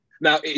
Now